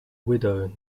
widow